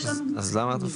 אז למה ההפרדה?